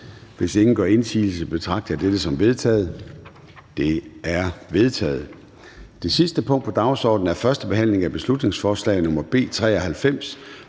Hvis ingen gør indsigelse, betragter jeg dette som vedtaget. Det er vedtaget. --- Det sidste punkt på dagsordenen er: 22) 1. behandling af beslutningsforslag nr. B 93: